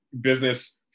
business